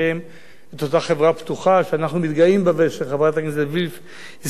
חברה פתוחה שאנחנו מתגאים בה ושחברת הכנסת וילף הזכירה אותה עכשיו.